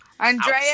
Andrea